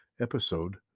episode